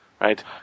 right